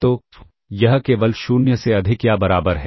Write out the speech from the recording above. तो यह केवल 0 से अधिक या बराबर है